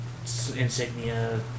insignia